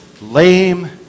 lame